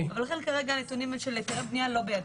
לכן כרגע הנתונים על אודות היתרי בנייה אינם בידנו.